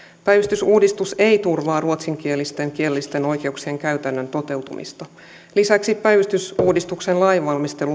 päivystysuudistus ei turvaa ruotsinkielisten kielellisten oikeuksien käytännön toteutumista lisäksi päivystysuudistuksen lainvalmistelu